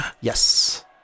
Yes